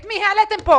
את מי העליתם פה?